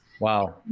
Wow